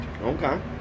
Okay